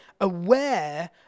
aware